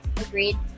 agreed